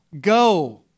go